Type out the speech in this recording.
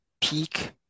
peak